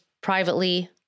privately